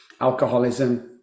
alcoholism